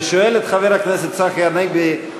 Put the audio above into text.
ושואל את חבר הכנסת צחי הנגבי,